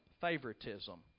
favoritism